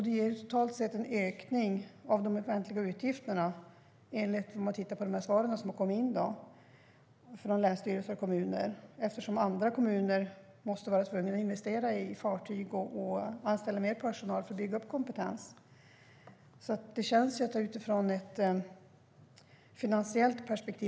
Det är totalt sett en ökning av de offentliga utgifterna - det ser man om man tittar på de svar som har kommit in från länsstyrelser och kommuner - eftersom andra kommuner är tvungna att investera i fartyg och anställa mer personal för att bygga upp kompetens.